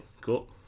Cool